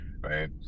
right